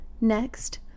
Next